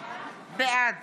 בעד